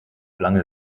lange